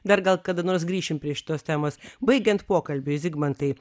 dar gal kada nors grįšim prie šitos temos baigiant pokalbį zigmantai